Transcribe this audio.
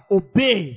obey